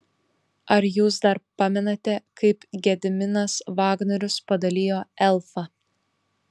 ar jūs dar pamenate kaip gediminas vagnorius padalijo elfą